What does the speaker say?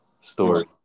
story